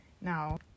now